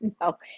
No